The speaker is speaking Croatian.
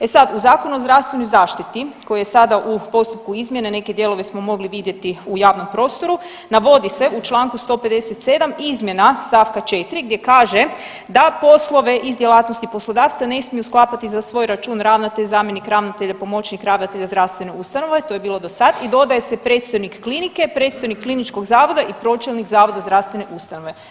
E sad, u Zakonu o zdravstvenoj zaštitu koji je sada u postupku izmjene, neke dijelove smo mogli vidjeti u javnom prostoru, navodi se u čl. 157. izmjena st. 4. gdje kaže da poslove iz djelatnosti poslodavca ne smiju sklapati za svoj račun ravnatelj, zamjenik ravnatelja, pomoćnik ravnatelja zdravstvene ustanove, to je bilo do sad i dodaje se predstojnik klinike, predstojnik kliničkog zavoda i pročelnik zavoda zdravstvene ustanove.